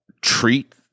treat